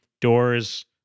doors